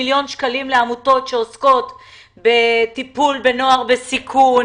ולעומת זה 700 מיליון שקלים לעמותות שעוסקות בטיפול בנוער בסיכון,